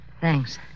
Thanks